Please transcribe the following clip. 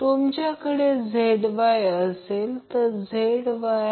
तर या प्रकरणात सुद्धा एकमेकांपासून 120° वेगळे आहेत